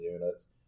units